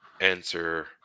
answer